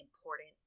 important